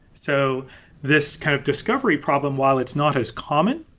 so this kind of discovery problem, while it's not as common,